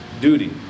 duty